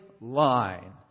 line